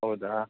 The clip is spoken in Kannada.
ಹೌದಾ